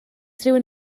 rhywun